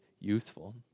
useful